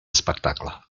espectacle